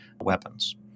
weapons